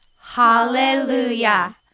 Hallelujah